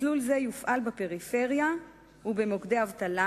מסלול זה יופעל בפריפריה ובמוקדי אבטלה,